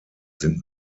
sind